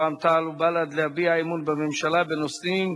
רע"ם-תע"ל ובל"ד להביע אי-אמון בממשלה בנושאים: